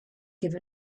give